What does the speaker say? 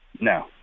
No